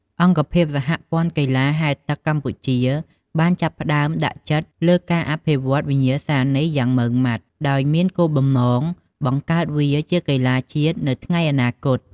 អង្គភាពសហព័ន្ធកីឡាហែលទឹកកម្ពុជាបានចាប់ផ្តើមដាក់ចិត្តលើការអភិវឌ្ឍវិញ្ញាសានេះយ៉ាងម៉ឺងម៉ាត់ ដោយមានគោលបំណងបង្កើតវាជាកីឡាជាតិនៅថ្ងៃអនាគត។